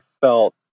felt